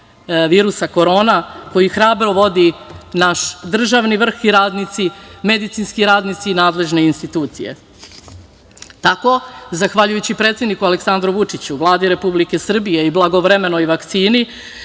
virusa Korona koji hrabro vodi naš državni vrh i medicinski radnici i nadležne institucije. Tako zahvaljujući predsedniku Aleksandru Vučiću, Vladi Republike Srbije i blagovremenoj vakcini,